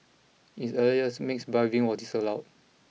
in its earlier years mixed bathing was disallowed